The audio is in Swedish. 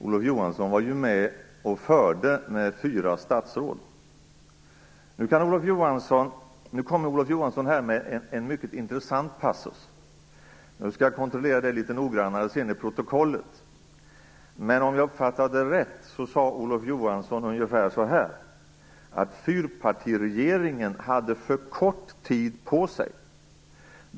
Centerpartiet var ju med och förde med fyra statsråd. Nu kommer Olof Johansson med en mycket intressant passus. Jag skall kontrollera detta litet noggrannare i protokollet sedan, men om jag uppfattade det rätt så sade Olof Johansson ungefär så här: Fyrpartiregeringen hade för kort tid på sig.